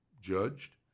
judged